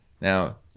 Now